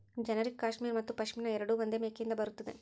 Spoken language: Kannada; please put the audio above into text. ಜೆನೆರಿಕ್ ಕ್ಯಾಶ್ಮೀರ್ ಮತ್ತು ಪಶ್ಮಿನಾ ಎರಡೂ ಒಂದೇ ಮೇಕೆಯಿಂದ ಬರುತ್ತದೆ